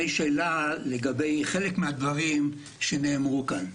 שאלה לגבי חלק מהדברים שנאמרו כאן.